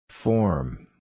Form